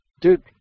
Dude